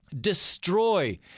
destroy